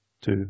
two